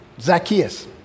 Zacchaeus